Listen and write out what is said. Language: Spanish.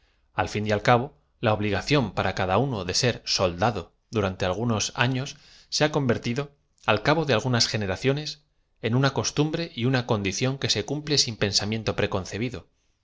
al fio y a l cabo la obligación p ara cada uno de ser soldado durante algunos años se ba convertido al cabo de algunas gen er ación es en una costumbre y una condición que ae cumple sin pensamiento preconcebido